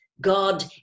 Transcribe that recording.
God